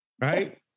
right